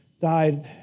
died